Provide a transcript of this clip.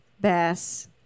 bass